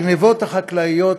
הגנבות החקלאיות,